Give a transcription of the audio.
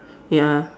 ya